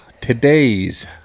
today's